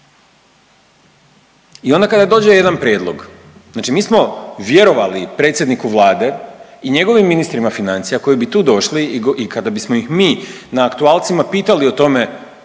I onda kada dođe jedan prijedlog, znači mi smo vjerovali i predsjedniku Vlade i njegovim ministrima financija koji bi tu došli i kada bismo ih mi na aktualcima pitali o tome